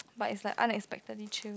but it's like unexpectedly chill